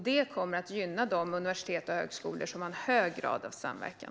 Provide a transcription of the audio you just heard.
Det kommer att gynna de universitet och högskolor som har en hög grad av samverkan.